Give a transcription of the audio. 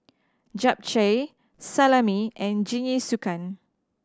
Japchae Salami and Jingisukan